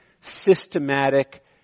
systematic